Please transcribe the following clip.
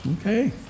Okay